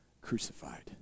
crucified